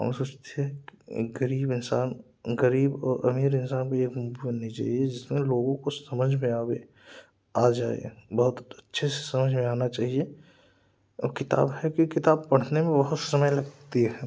और एक गरीब इंसान गरीब ओ अमीर इंसान भी एक बननी चाहिए जिसमें लोगों को समझ में आवे आ जाए बहुत अच्छे से समझ में आना चाहिए और किताब है कि किताब पढ़ने में बहुत समय लगती है